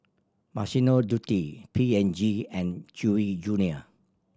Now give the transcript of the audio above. Massimo Dutti P and G and Chewy Junior